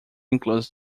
includes